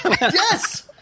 Yes